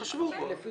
התחשבו בו.